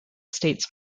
states